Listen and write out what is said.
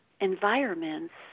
environments